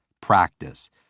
practice